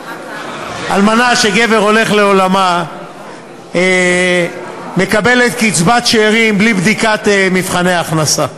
אלמנה של גבר שהלך לעולמו מקבלת קצבת שאירים בלי בדיקת מבחני הכנסה.